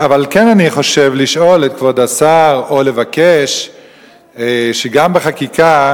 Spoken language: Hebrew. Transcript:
אבל כן אני חושב לשאול את כבוד השר או לבקש גם בחקיקה